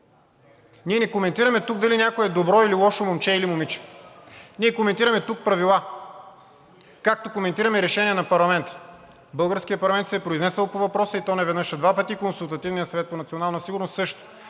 Ние не коментираме тук дали някой е добро или лошо момче или момиче. Ние коментираме тук правила, както коментираме решение на парламента. Българският парламент се е произнесъл по въпроса, и то не веднъж, а два пъти. Консултативният съвет по национална сигурност също!